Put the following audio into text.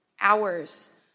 hours